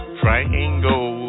triangle